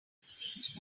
speech